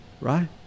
Right